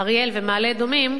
אריאל ומעלה-אדומים,